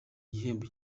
igihembo